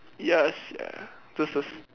ya sia this is